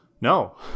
No